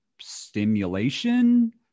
stimulation